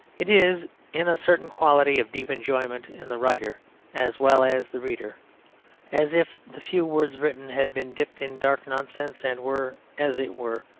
it is in a certain quality of deep enjoyment in the writer as well as the reader as if the few words written had been dipped in dark nonsense and were, as it were,